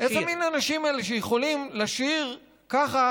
איזה מין אנשים אלה שיכולים לשיר ככה